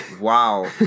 Wow